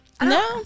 No